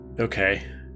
Okay